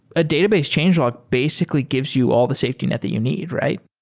a database change log basically gives you all the safety net that you need, right?